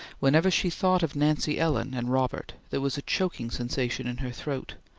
whenever she thought of nancy ellen and robert there was a choking sensation in her throat,